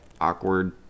awkward